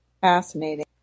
Fascinating